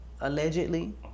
allegedly